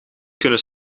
kunnen